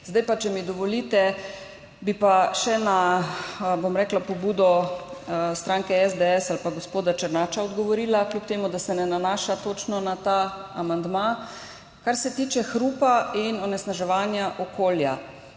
Zdaj pa, če mi dovolite, bi pa še odgovorila na pobudo stranke SDS ali pa gospoda Černača, kljub temu, da se ne nanaša točno na ta amandma. Kar se tiče hrupa in onesnaževanja okolja.